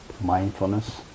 mindfulness